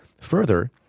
further